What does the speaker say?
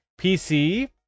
PC